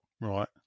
Right